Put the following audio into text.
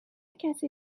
کسی